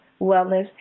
wellness